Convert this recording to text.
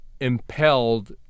impelled